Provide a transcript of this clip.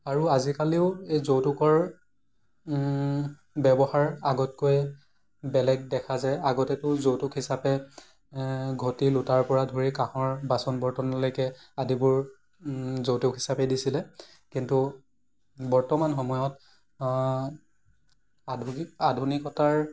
আৰু আজিকালিও এই যৌতুকৰ ব্যৱহাৰ আগতকৈ বেলেগ দেখা যায় আগতেতো যৌতুক হিচাপে ঘটি লোটাৰ পৰা ধৰি কাঁহৰ বাচন বৰ্তনলৈকে আদিবোৰ যৌতুক হিচাপে দিছিলে কিন্তু বৰ্তমান সময়ত আধুনিকতাৰ